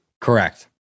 Correct